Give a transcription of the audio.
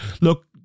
look